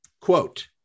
quote